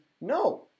no